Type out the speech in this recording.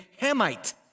Hamite